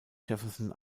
jefferson